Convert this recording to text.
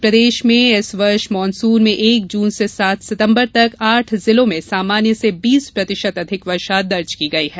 मध्यप्रदेश में इस वर्ष मानसून में एक जून से सात सितम्बर तक आठ जिलों में सामान्य से बीस प्रतिशत अधिक वर्षा दर्ज की गई है